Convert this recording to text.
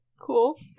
cool